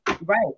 Right